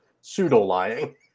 pseudo-lying